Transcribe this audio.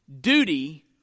duty